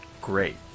great